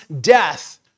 death